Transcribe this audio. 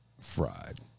fried